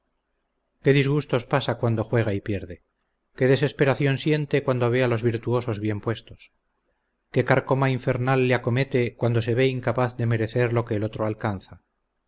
qué disgustos pasa cuando juega y pierde qué desesperación siente cuando ve a los virtuosos bien puestos qué carcoma infernal le acomete cuando se ve incapaz de merecer lo que el otro alcanza